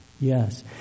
Yes